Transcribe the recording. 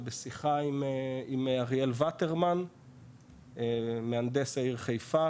ובשיחה עם אריאל וטרמן מהנדס העיר חיפה,